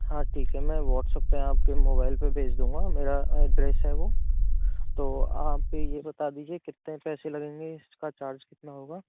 हाँ ठीक है मैं वाट्सअप पर आपके मोबाईल पर भेज दूँगा मेरा अड्रेस है वो तो आप ये बता दीजिए कितने पैसे लगेंगे ये इसका चार्ज कितना होगा